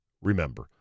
Remember